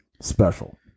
special